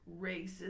racist